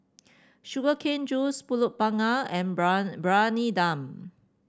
Sugar Cane Juice pulut panggang and Briyani Dum